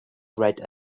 read